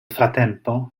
frattempo